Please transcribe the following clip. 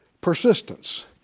persistence